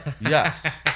yes